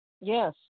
Yes